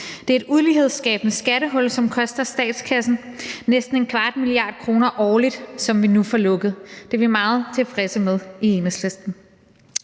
Det er et ulighedsskabende skattehul, som koster statskassen næsten 0,25 mia. kr. årligt, som vi nu får lukket. Det er vi meget tilfredse med i Enhedslisten.